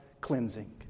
cleansing